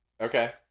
Okay